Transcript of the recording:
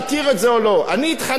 אני התחננתי ליושבת-ראש,